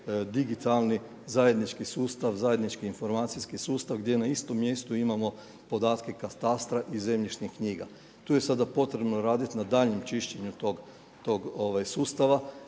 digitalni, zajednički sustav, zajednički informacijski sustav gdje na istom mjestu imamo podatke katastra i zemljišnih knjiga. Tu je sada potrebno raditi na daljnjem čišćenju tog sustava,